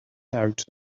out